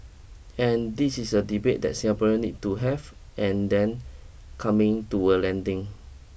and this is a debate that Singaporeans need to have and then coming to a landing